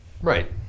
Right